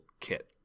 Kit